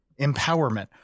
empowerment